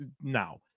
now